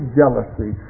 jealousy